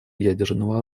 ядерного